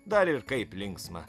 dar ir kaip linksma